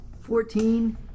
fourteen